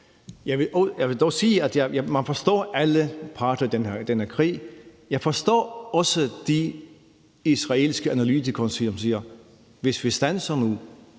Jeg vil dog sige, at man forstår alle parter i den her krig, og jeg forstår også de israelske analytikere, som siger: Hvis vi standser nu,